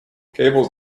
cables